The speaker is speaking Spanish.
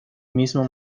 mismo